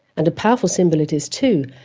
and a powerful symbol it is too.